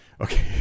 Okay